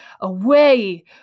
away